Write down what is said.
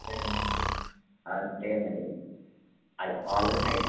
సరేనండి అంతే మరి అది హాలు హై